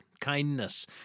Kindness